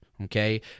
Okay